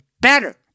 better